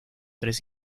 tres